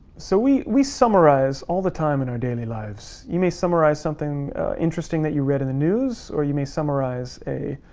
so we we summarize all the time in our daily lives you may summarize something interesting that you read in the news or you may summarize a